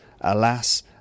alas